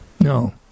No